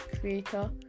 creator